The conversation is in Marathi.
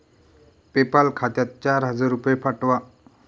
पेपाल खात्यात चार हजार रुपये पाठवा